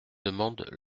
demande